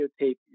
videotape